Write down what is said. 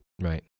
Right